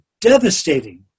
devastating